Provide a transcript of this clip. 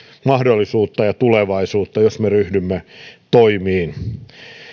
mahdollisuutta ja tulevaisuutta jos me ryhdymme toimiin